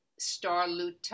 starluta